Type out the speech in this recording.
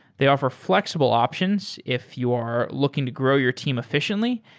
they offer flexible options if you're looking to grow your team efficiently,